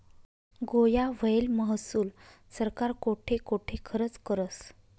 गोया व्हयेल महसूल सरकार कोठे कोठे खरचं करस?